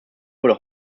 wurde